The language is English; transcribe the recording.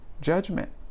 judgment